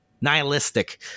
Nihilistic